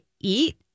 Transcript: eat